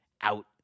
out